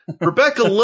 Rebecca